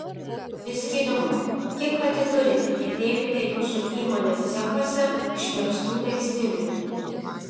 visgi įdomu kiek pati turite ir dėvite jūsų įmonės cechuose išmegztų megztinių